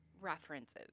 references